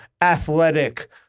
athletic